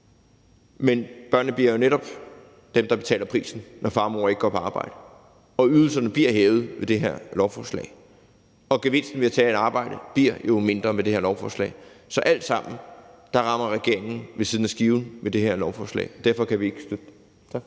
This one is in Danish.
Men børnene bliver jo netop dem, der betaler prisen, når far og mor ikke går på arbejde, og ydelserne bliver hævet med det her lovforslag, og gevinsten ved at tage et arbejde bliver mindre med det her lovforslag. Så med alt sammen rammer regeringen ved siden af skiven med det her lovforslag, og derfor kan vi ikke støtte det.